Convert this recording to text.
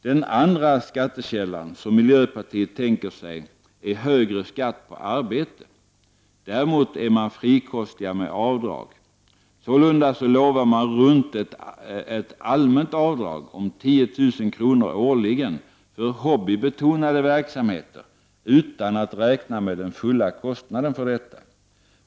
Den andra skattekällan som miljöpartiet tänker sig är högre skatt på arbete. Däremot är man frikostig med avdrag. Sålunda lovar man runt ett allmänt avdrag om 10 000 kr. årligen för hobbybetonade verksamheter, utan att räkna med den fulla kostnaden för detta.